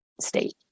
state